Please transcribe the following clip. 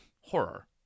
horror